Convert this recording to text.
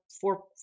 four